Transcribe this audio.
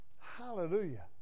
Hallelujah